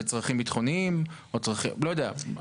צרכים ביטחוניים או לא יודע?